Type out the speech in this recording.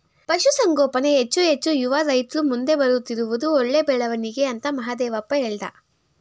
ಪಶುಸಂಗೋಪನೆಗೆ ಹೆಚ್ಚು ಹೆಚ್ಚು ಯುವ ರೈತ್ರು ಮುಂದೆ ಬರುತ್ತಿರುವುದು ಒಳ್ಳೆ ಬೆಳವಣಿಗೆ ಅಂತ ಮಹಾದೇವಪ್ಪ ಹೇಳ್ದ